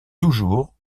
toujours